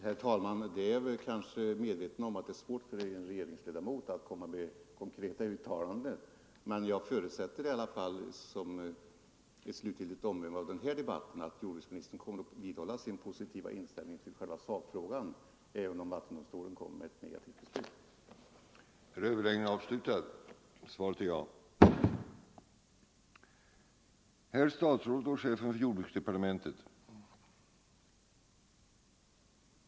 Herr talman! Jag är medveten om att det är svårt för en regeringsledamot att komma med konkreta uttalanden. Jag förutsätter i alla fall som ett slutgiltigt omdöme om den här debatten att jordbruksministern kommer att vidhålla sin positiva inställning till själva sakfrågan, även om vattendomstolen skulle komma med ett negativt beslut.